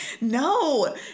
no